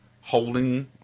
holding